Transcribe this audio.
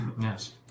Yes